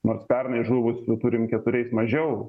nors pernai žuvusių turim keturiais mažiau